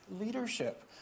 leadership